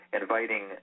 inviting